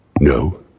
No